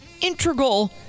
integral